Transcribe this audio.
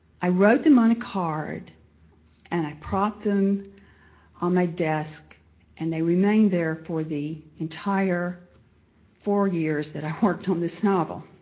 i wrote them on a card and i propped them on my desk and they remained there for the entire four years that i worked on this novel.